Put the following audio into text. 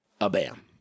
A-bam